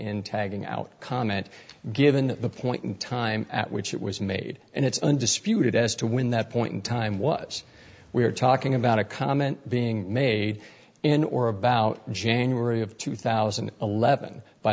in tagging out comment given the point in time at which it was made and it's undisputed as to when that point in time was we're talking about a comment being made in or about january of two thousand and eleven by